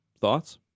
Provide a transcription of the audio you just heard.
Thoughts